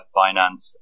finance